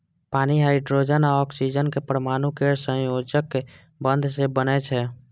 पानि हाइड्रोजन आ ऑक्सीजन के परमाणु केर सहसंयोजक बंध सं बनै छै